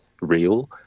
real